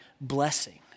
blessing